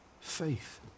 faith